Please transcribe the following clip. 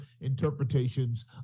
interpretations